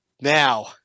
Now